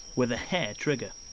with a hair-trigger.